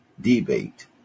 Debate